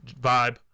vibe